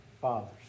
Fathers